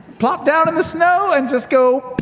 plop down in the snow, and just go,